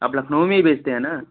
आप लखनऊ में ही बेचते है ना